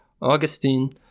Augustine